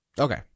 Okay